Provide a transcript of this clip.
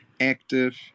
active